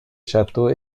château